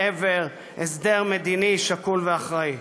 לעבר הסדר מדיני שקול ואחראי.